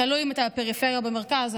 תלוי אם אתה בפריפריה או במרכז,